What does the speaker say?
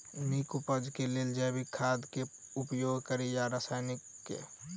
नीक उपज केँ लेल जैविक खाद केँ उपयोग कड़ी या रासायनिक केँ?